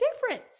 different